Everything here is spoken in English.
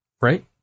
Right